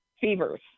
fevers